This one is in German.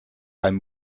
beim